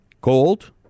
gold